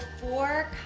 four